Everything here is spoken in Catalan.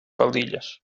faldilles